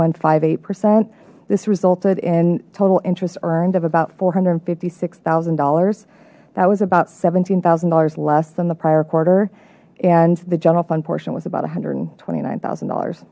one five eight percent this resulted in total interest earned of about four hundred and fifty six thousand dollars that was about seventeen thousand dollars less than the prior quarter and the general fund portion was about a hundred and twenty nine thousand dollars